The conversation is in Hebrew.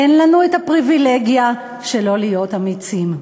אין לנו את הפריבילגיה שלא להיות אמיצים.